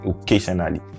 occasionally